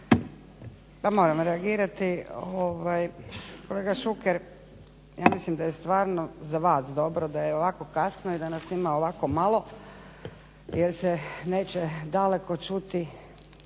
Pa moram reagirati. Kolega Šuker, ja mislim da je stvarno za vas dobro da je ovako kasno i da nas ima ovako malo jer se neće daleko čuti